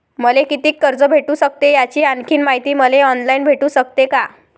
मले कितीक कर्ज भेटू सकते, याची आणखीन मायती मले ऑनलाईन भेटू सकते का?